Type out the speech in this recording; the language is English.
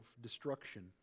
destruction